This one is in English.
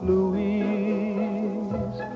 Louise